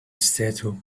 statue